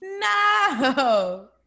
No